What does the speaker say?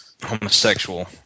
homosexual